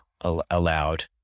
allowed